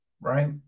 right